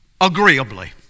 agreeably